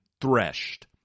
threshed